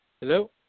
Hello